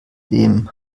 dem